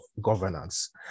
governance